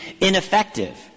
ineffective